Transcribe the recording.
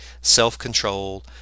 self-control